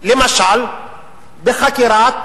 למשל בחקירת